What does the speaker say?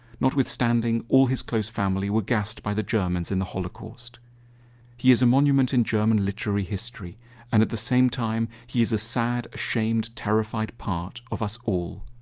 notwithstanding, all his close family were gassed by the germans in the holocaust he is a monument in german literary history and at the same time he is a sad, ashamed, terrified part of us all.